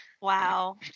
Wow